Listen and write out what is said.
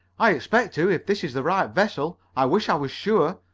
i expect to, if this is the right vessel. i wish i was sure.